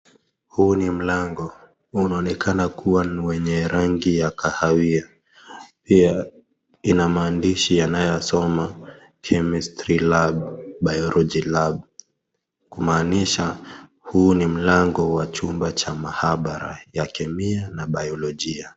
Huu ni mlango , unaonekana kuwa ni wenye rangi ya kahawia pia ina maandishi yanayosoma chemistry lab , biology lab kumaanisha huu ni mlango wa chuma cha maabara ya kemia na biolojia.